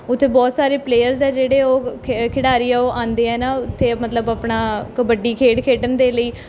ਉੱਥੇ ਬਹੁਤ ਸਾਰੇ ਪਲੇਅਰਸ ਆ ਜਿਹੜੇ ਉਹ ਖਿ ਖਿਡਾਰੀ ਆ ਉਹ ਆਉਂਦੇ ਆ ਨਾ ਉੱਥੇ ਮਤਲਬ ਆਪਣਾ ਕਬੱਡੀ ਖੇਡ ਖੇਡਣ ਦੇ ਲਈ